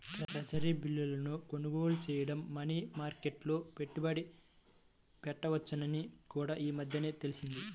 treasury బిల్లును కొనుగోలు చేయడం మనీ మార్కెట్లో పెట్టుబడి పెట్టవచ్చని కూడా ఈ మధ్యనే తెలిసింది